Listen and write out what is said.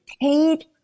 paid